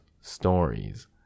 stories